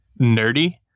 nerdy